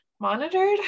monitored